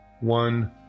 one